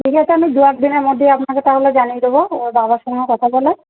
ঠিক আছে আমি দু একদিনের মধ্যেই আপনাকে তাহলে জানিয়ে দেবো ওর বাবার সঙ্গে কথা বলে